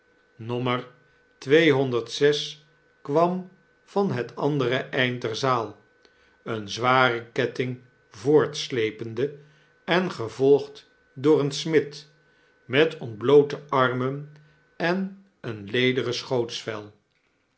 nommer tweehonderd zes kwam van het andere eind der zaal een zwaren ketting voortslepende en gevolgd door een smid met ontbloote armen en een lederen schootsvel